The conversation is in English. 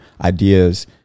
ideas